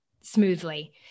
smoothly